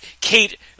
Kate